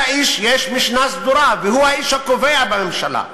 לאיש יש משנה סדורה, והוא האיש הקובע בממשלה.